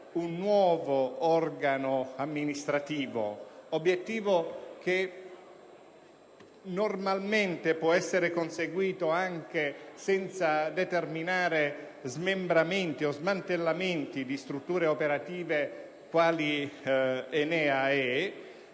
un nuovo organo amministrativo, obiettivo che normalmente può essere conseguito anche senza determinare smembramenti o smantellamenti di strutture operative quali l'ENEA,